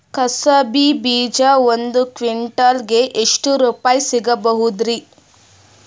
ಕುಸಬಿ ಬೀಜ ಒಂದ್ ಕ್ವಿಂಟಾಲ್ ಗೆ ಎಷ್ಟುರುಪಾಯಿ ಸಿಗಬಹುದುರೀ?